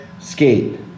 Skate